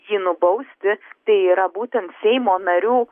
jį nubausti tai yra būtent seimo narių